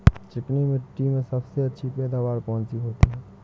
चिकनी मिट्टी में सबसे अच्छी पैदावार कौन सी होती हैं?